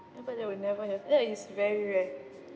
ya but they will never have that is very rare